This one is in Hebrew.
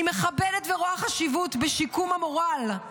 אני מכבדת ורואה חשיבות בשיקום המורל,